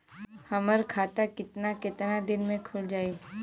हमर खाता कितना केतना दिन में खुल जाई?